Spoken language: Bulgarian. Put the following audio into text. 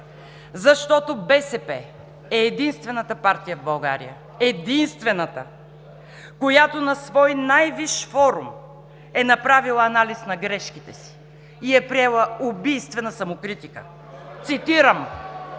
защото БСП е единствената партия в България, единствената, която на свой най-висш форум е направила анализ на грешките си и е приела убийствена самокритика. (Силен